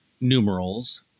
numerals